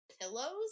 pillows